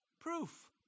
proof